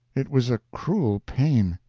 it was a cruel pain.